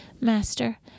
Master